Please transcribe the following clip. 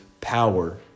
power